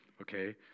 okay